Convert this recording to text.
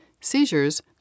seizures